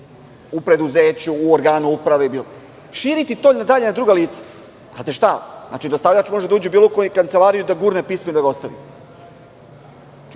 u preduzeću, u organu uprave, bilo gde. Širiti to dalje na druga lica, znatešta? Dostavljač može da uđe u bilo koju kancelariju i da gurne pismeno i da ga ostavi.